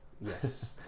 yes